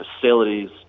facilities